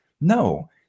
No